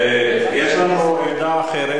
אה, לא אמרת?